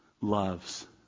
loves